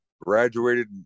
graduated